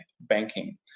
banking